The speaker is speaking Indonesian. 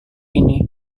ini